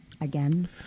again